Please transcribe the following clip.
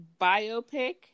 Biopic